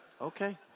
Okay